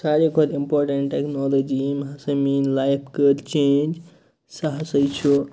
سارِوٕے کھۄتہٕ important technology یِم ہسا میٛٲنۍ لایف کٔر چینج سُہ ہسا چھُ